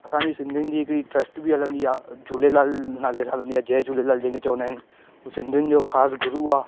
असांजी सिंधीयुनि जी हिकिड़ी ट्रस्ट बि हलंदी आहे झूलेलाल नाले सां हलंदी आहे जय झूलेलाल जेके चवंदा आहिनि हो सिंधीयुनि जो ख़ासि गुरू आहे